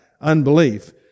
unbelief